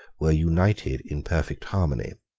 were united in perfect harmony.